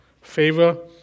Favor